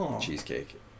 cheesecake